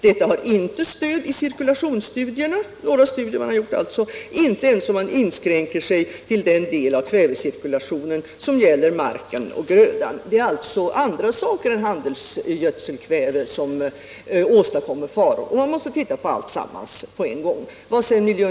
”Detta har inte stöd i cirkulationsstudierna, inte ens om man inskränker sig till den del av kvävecirkulationen, som gäller marken och grödan.” Det är alltså andra saker än handelsgödselkvävet som åstadkommer faror, och man måste titta på alltsammans på en gång.